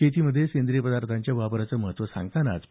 शेतीमध्ये सेंद्रीय पदार्थांच्या वापराचं महत्त्व सांगतानाच डॉ